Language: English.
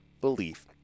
belief